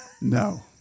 no